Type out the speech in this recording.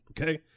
Okay